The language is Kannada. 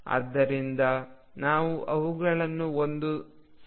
ಆದ್ದರಿಂದ ನಾವು ಅವುಗಳನ್ನು ಒಂದು ಸಮಯದಲ್ಲಿ ಕೇಂದ್ರೀಕರಿಸೋಣ